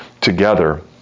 together